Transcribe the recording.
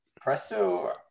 Presto